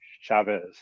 Chavez